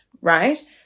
right